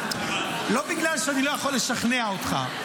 לא בגלל שאני לא יכול לשכנע אותך,